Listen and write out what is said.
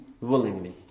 willingly